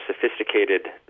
sophisticated